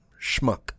schmuck